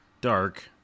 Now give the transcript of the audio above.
dark